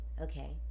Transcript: Okay